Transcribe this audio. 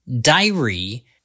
diary